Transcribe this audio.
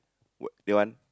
what that one